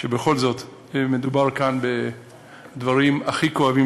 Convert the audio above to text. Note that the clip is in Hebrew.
כי בכל זאת מדובר כאן בדברים הכי כואבים